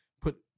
put